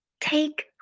take